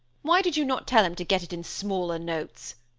why did you not tell him to get it in smaller notes?